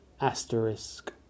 asterisk